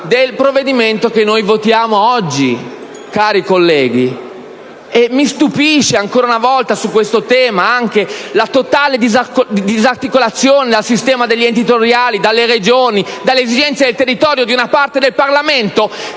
del provvedimento che ci accingiamo a votare oggi, cari colleghi, e mi stupisce ancora una volta su questo tema anche la totale disarticolazione dal sistema degli enti territoriali, dalle Regioni, dalle esigenze del territorio di una parte del Parlamento